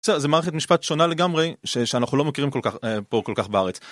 זה מערכת משפט שונה לגמרי, שאנחנו לא מכירים פה כל כך בארץ.